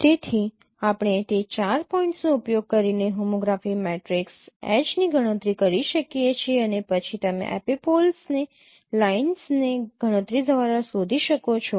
તેથી આપણે તે 4 પોઇન્ટ્સનો ઉપયોગ કરીને હોમોગ્રાફી મેટ્રિક્સ H ની ગણતરી કરી શકીએ છીએ અને પછી તમે એપિપોલ્સને લાઇન્સ ને ગણતરી દ્વારા શોધી શકો છો